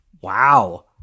wow